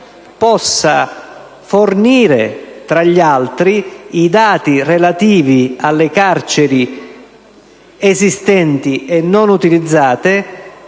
possa fornire, tra gli altri, i dati relativi alle carceri esistenti e non utilizzate,